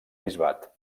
bisbat